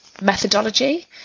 methodology